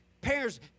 Parents